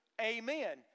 amen